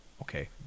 Okay